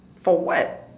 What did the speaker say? for what